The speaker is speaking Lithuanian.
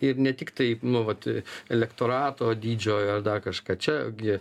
ir ne tiktai nu vat elektorato didžiojo dar kažką čia gi